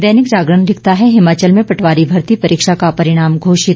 दैनिक जागरण लिखता है हिमाचल में पटवारी भर्ती परीक्षा का परिणाम घोषित